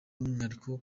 umwihariko